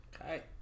Okay